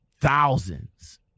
thousands